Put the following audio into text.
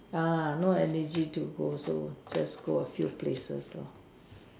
ah no energy to go also just go a few places lor